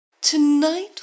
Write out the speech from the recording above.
Tonight